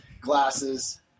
glasses